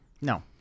no